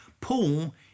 Paul